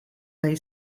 they